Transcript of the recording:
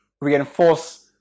reinforce